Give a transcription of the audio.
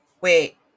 wait